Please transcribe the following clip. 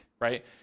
right